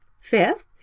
Fifth